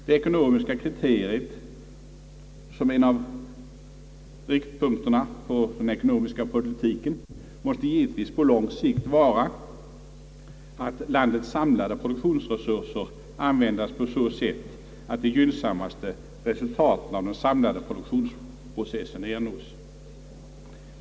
Det ekonomiska kriteriet, som är en av riktpunkterna för den ekonomiska politiken, måste givetvis på lång sikt vara att landets samlade produktionsresurser användes på så sätt att de gynnsammaste resultaten av den samlade produktionsprocessen ernås.